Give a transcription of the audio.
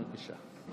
בבקשה.